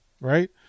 right